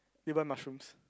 did you buy mushrooms